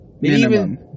Minimum